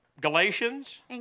Galatians